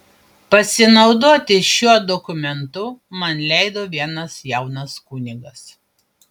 pasinaudoti šiuo dokumentu man leido vienas jaunas kunigas